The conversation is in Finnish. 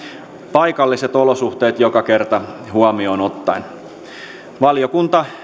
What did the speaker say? paikalliset olosuhteet joka kerta huomioon ottaen valiokunta